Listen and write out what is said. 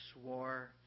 swore